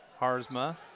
Harzma